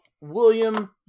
William